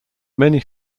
many